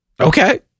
Okay